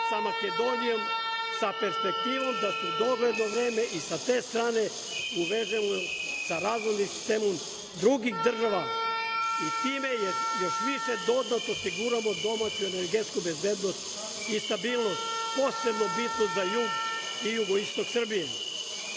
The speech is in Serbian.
sa Makedonijom, sa perspektivom da se u dogledno vreme i sa te strane uvede sa razvojnih sistemom drugih država i time još više dodatno osiguramo domaću energetsku bezbednost i stabilnost, posebno bitku za jug i jugoistok